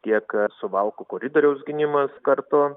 tiek suvalkų koridoriaus gynimas kartu